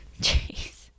Jeez